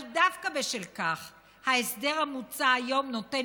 אבל דווקא בשל כך ההסדר המוצע היום נותן